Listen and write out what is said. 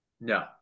No